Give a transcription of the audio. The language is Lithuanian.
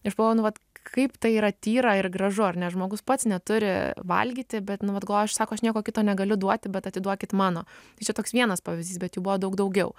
aš galvoju nu vat kaip tai yra tyra ir gražu ar ne žmogus pats neturi valgyti bet nieko kito negaliu duoti bet atiduokit mano tai čia toks vienas pavyzdys bet jų buvo daug daugiau